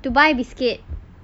to buy biscuit